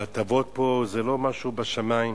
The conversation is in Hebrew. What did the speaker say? ההטבות פה זה לא משהו בשמים.